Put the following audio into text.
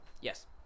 Yes